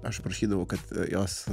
aš prašydavau kad jos